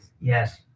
Yes